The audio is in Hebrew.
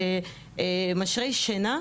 משרי שינה,